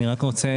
אני רק רוצה,